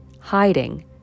hiding